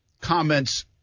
comments